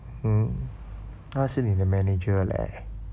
hmm 她是你的 manager leh